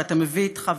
ואתה מביא איתך,